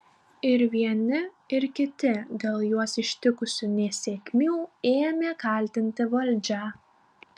ir vieni ir kiti dėl juos ištikusių nesėkmių ėmė kaltinti valdžią